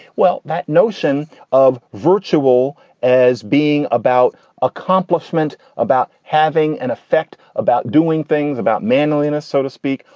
well, that notion of virtual as being about accomplishment, about having an effect, about doing things, about manliness, so to speak.